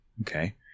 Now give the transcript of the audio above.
Okay